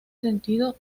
sentido